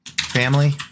Family